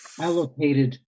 allocated